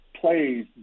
plays